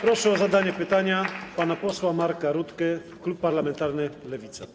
Proszę o zdanie pytania pana posła Marka Rutkę, klub parlamentarny Lewica.